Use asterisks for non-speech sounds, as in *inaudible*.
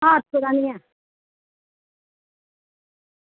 *unintelligible* निं ऐ